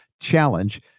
challenge